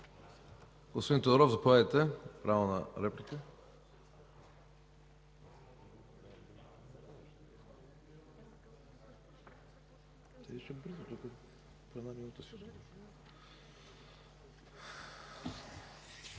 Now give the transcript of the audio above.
Господин Тодоров, заповядайте – право на реплика.